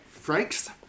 Franks